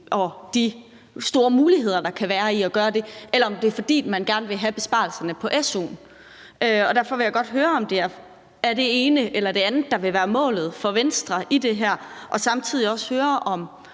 og de store muligheder, der kan være i at gøre det, eller om det er, fordi man gerne vil have besparelserne på su'en. Derfor vil jeg godt høre, om det er det ene eller det andet, der vil være målet for Venstre i det her. Samtidig vil jeg